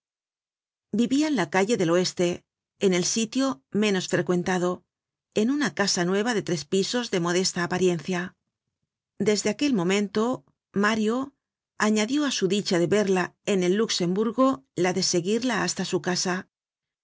vivia en la calle del oeste en el sitio menos frecuentado en una casa nueva de tres pisos de modesta apariencia desde aquel momento mario añadió á su dicha de verla en el luxemburgo la de seguirla hasta su casa